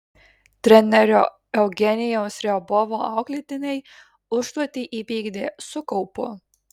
trenerio eugenijaus riabovo auklėtiniai užduotį įvykdė su kaupu